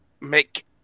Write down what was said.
make